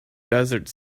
desert